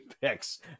picks